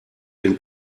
denn